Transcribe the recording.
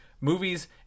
movies